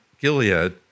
Gilead